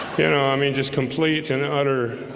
you know, i mean just complete and utter